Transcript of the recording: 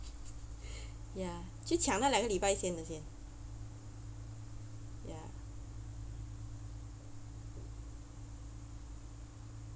ya 去抢那个两个礼拜前的先